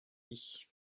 dit